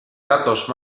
datos